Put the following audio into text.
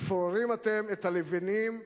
מפוררים אתם את הלבנים אחת-אחת,